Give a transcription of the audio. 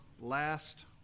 Last